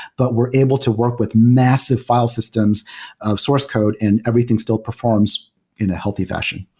but we're able to work with massive f ile systems of source code and everything still performs in a healthy fashion.